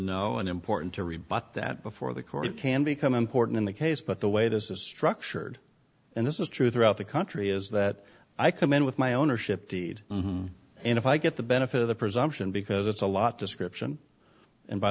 know and important to rebut that before the court can become important in the case but the way this is structured and this is true throughout the country is that i come in with my ownership deed and if i get the benefit of the presumption because it's a lot description and by